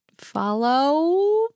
follow